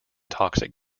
toxic